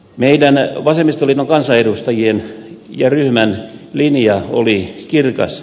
meidän vasemmistoliiton kansanedustajien ja ryhmän linja oli kirkas